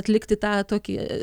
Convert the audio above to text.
atlikti tą tokį